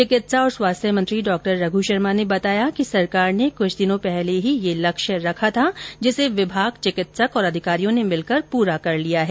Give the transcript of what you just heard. चिकित्सा और स्वास्थ्य मंत्री डॉ रघ् शर्मा ने बताया कि सरकार ने कुछ दिनों पहले ही यह लक्ष्य रखा था जिसे विभाग चिकित्सक और अधिकारियों ने मिलकर पूरा कर दिया है